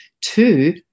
Two